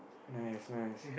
nice nice